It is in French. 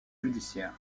judiciaires